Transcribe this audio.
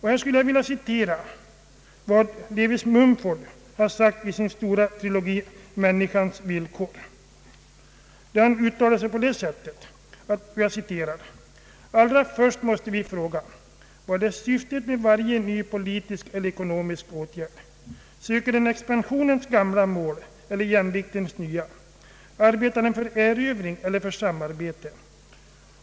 Här skulle jag vilja citera Lewis Mumfords uttalande i hans stora triologi Människans villkor: ”Allra först måste vi fråga: vad är syftet med varje ny politisk eller ekonomisk åtgärd? Söker den expansionens gamla mål eller jämviktens nya? Arbetar den för erövring eller för samarbete?